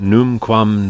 Numquam